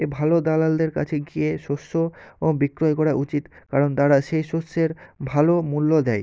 এ ভালো দালালদের কাছে গিয়ে শস্য ও বিক্রয় করা উচিত কারণ তারা সে শস্যের ভালো মূল্য দেয়